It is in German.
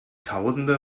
tausende